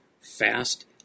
fast